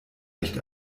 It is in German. nicht